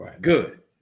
good